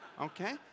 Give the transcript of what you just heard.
okay